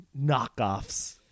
knockoffs